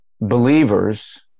believers